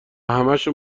همشو